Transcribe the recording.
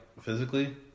physically